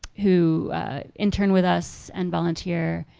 who intern with us and volunteer.